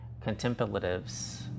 contemplatives